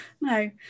No